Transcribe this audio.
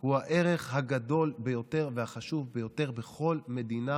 הוא הערך הגדול ביותר והחשוב ביותר בכל מדינה